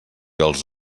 els